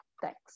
Thanks